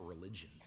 religion